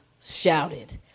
shouted